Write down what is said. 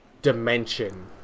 dimension